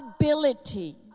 ability